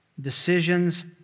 decisions